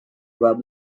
web